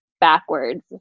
backwards